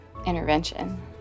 Intervention